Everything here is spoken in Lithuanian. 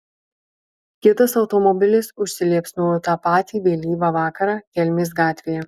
kitas automobilis užsiliepsnojo tą patį vėlyvą vakarą kelmės gatvėje